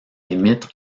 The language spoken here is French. limite